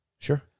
Sure